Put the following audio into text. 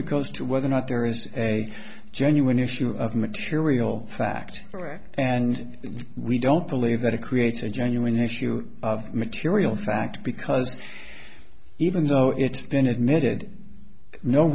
it goes to whether or not there is a genuine issue of material fact correct and we don't believe that it creates a genuine issue of material fact because even though it's been admitted no